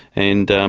and